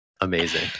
Amazing